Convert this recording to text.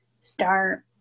start